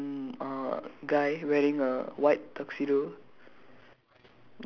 then the second glass panel got one uh guy wearing a white tuxedo